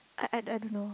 I I I don't know